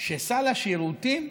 שסל השירותים,